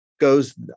goes